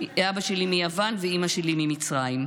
אבא שלי מיוון ואימא שלי ממצרים.